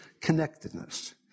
connectedness